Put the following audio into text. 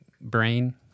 brain